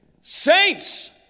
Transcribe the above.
Saints